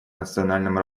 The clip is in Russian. национальном